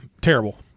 terrible